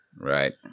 Right